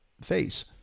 face